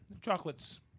Chocolate's